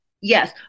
Yes